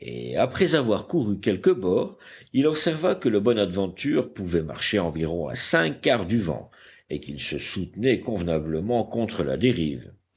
et après avoir couru quelques bords il observa que le bonadventure pouvait marcher environ à cinq quarts du vent et qu'il se soutenait convenablement contre la dérive